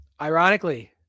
Ironically